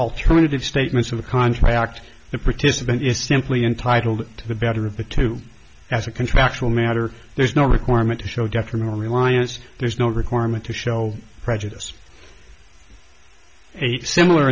alternative statements of the contract the participant is simply entitled to the better of the two as a contractual matter there's no requirement to show detrimental reliance there's no requirement to show prejudice a similar